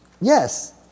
Yes